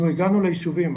אנחנו הגענו ליישובים,